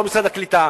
ולא משרד הקליטה.